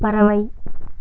பறவை